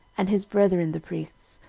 and his brethren the priests,